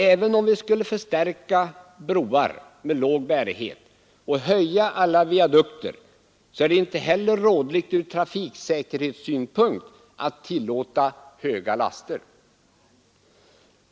Även om vi skulle förstärka broar som har låg bärighet och höja alla viadukter är det inte ur trafiksäkerhetssynpunkt rådligt att tillåta höga laster.